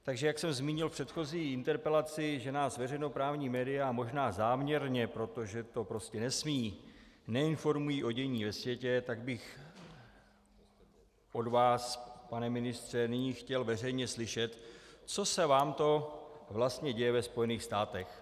Takže jak jsem zmínil v předchozí interpelaci, že nás veřejnoprávní media možná záměrně, protože to prostě nesmí, neinformují o dění ve světě, tak bych od vás, pane ministře, nyní chtěl veřejně slyšet, co se vám to vlastně děje ve Spojených státech.